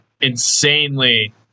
insanely